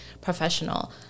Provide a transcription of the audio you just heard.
professional